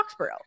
foxborough